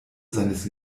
seines